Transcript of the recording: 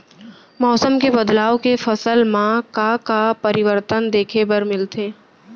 मौसम के बदलाव ले फसल मा का का परिवर्तन देखे बर मिलथे?